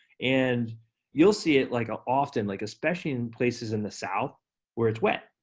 and you'll see it like ah often, like especially in places in the south where it's wet.